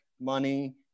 money